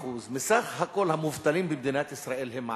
40% מסך כל המובטלים במדינת ישראל הם ערבים.